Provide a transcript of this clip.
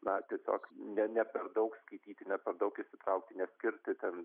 na tiesiog ne ne per daug skaityti ne per daug įsitraukti neskirti ten